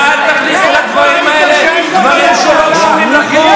ואל תכניסו לדברים האלה דברים שלא קשורים לחוק.